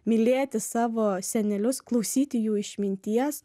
mylėti savo senelius klausyti jų išminties